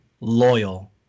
loyal